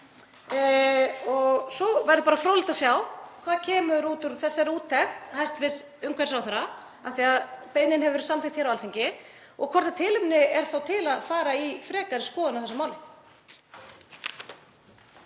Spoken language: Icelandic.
Og svo verður bara fróðlegt að sjá hvað kemur út úr þessari úttekt hæstv. umhverfisráðherra, af því að beiðnin hefur verið samþykkt hér á Alþingi, og hvort tilefni er til að fara í frekari skoðun á þessu máli.